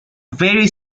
very